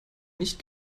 nicht